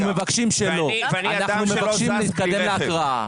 אנחנו מבקשים להתקדם להקראה.